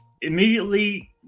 immediately